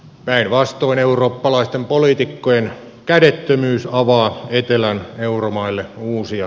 päinvastoin eurooppalaisten poliitikkojen kädettömyys avaa etelän euromaille uusia